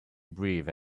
breathe